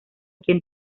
quien